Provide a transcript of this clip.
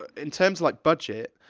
ah in terms like budget,